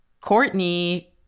Courtney